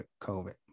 COVID